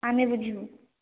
ଆମେ ବୁଝିବୁ